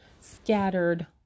scattered